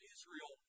Israel